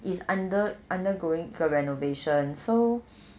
it's under undergoing the renovation so